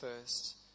first